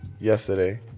yesterday